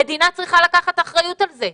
המדינה צריכה לקחת אחריות על זה.